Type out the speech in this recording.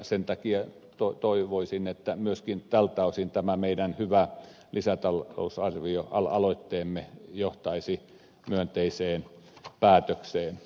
sen takia toivoisin että myöskin tältä osin tämä meidän hyvää lisää talon osaisi wiio hyvä lisätalousarvioaloitteemme johtaisi myönteiseen päätökseen